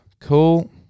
Cool